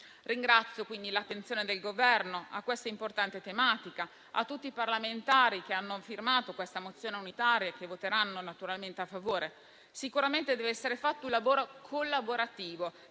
per l'attenzione a questa importante tematica e tutti i parlamentari che hanno firmato questa mozione unitaria e che voteranno naturalmente a favore. Sicuramente deve essere fatto un lavoro collaborativo